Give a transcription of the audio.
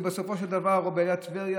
ובסופו של דבר הוא הגיע לטבריה,